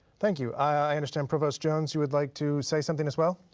thank you. i understand, provost jones, you would like to say something as well.